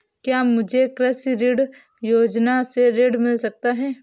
क्या मुझे कृषि ऋण योजना से ऋण मिल सकता है?